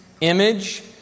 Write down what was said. image